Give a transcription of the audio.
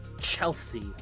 Chelsea